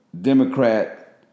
Democrat